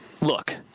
Look –